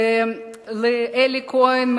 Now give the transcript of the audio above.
לאלי כהן,